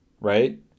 right